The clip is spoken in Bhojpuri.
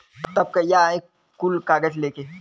तब कहिया आई कुल कागज़ लेके?